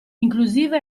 inclusiva